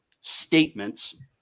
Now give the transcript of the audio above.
statements